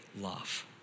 love